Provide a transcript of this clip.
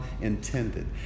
intended